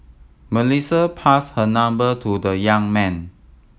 Melissa passed her number to the young man